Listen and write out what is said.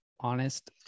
honest